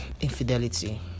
infidelity